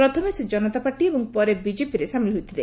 ପ୍ରଥମେ ସେ ଜନତା ପାର୍ଟି ଏବଂ ପରେ ବିଜେପିରେ ସାମିଲ ହୋଇଥିଲେ